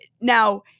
Now